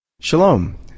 Shalom